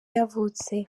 yavutse